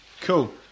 Cool